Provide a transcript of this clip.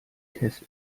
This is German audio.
kessel